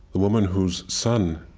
a woman whose son